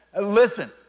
listen